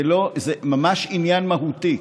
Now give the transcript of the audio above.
זה ממש עניין מהותי.